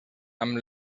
amb